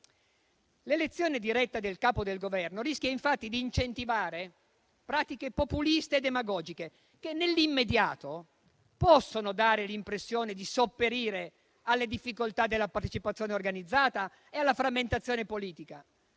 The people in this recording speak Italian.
L'elezione diretta del Capo del Governo rischia, infatti, di incentivare pratiche populiste e demagogiche che, nell'immediato, possono dare l'impressione di sopperire alle difficoltà della partecipazione organizzata e alla frammentazione politica,